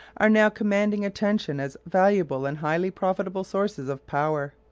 are now commanding attention as valuable and highly profitable sources of power.